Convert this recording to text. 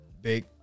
big